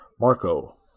Marco